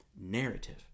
narrative